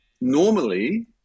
normally